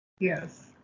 Yes